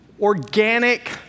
organic